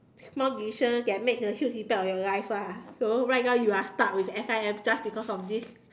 small decision that made a huge impact on your life ah so right now you are stuck with S_I_M just because of this